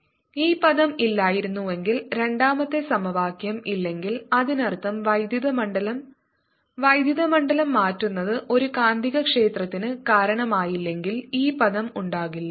E 2E ∂t 00E∂t 002E2t ഈ പദം ഇല്ലായിരുന്നുവെങ്കിൽ രണ്ടാമത്തെ സമവാക്യം ഇല്ലെങ്കിൽ അതിനർത്ഥം വൈദ്യുത മണ്ഡലം വൈദ്യുത മണ്ഡലം മാറ്റുന്നത് ഒരു കാന്തികക്ഷേത്രത്തിന് കാരണമായില്ലെങ്കിൽ ഈ പദം ഉണ്ടാകില്ല